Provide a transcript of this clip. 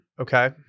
Okay